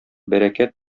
бәрәкәт